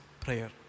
prayer